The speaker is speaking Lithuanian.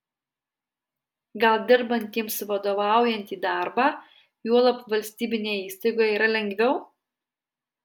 gal dirbantiems vadovaujantį darbą juolab valstybinėje įstaigoje yra lengviau